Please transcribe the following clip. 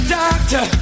doctor